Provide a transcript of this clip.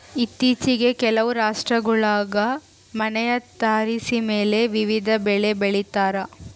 ಇತ್ತೀಚಿಗೆ ಕೆಲವು ರಾಷ್ಟ್ರಗುಳಾಗ ಮನೆಯ ತಾರಸಿಮೇಲೆ ವಿವಿಧ ಬೆಳೆ ಬೆಳಿತಾರ